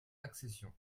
accession